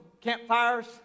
campfires